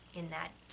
in that ah,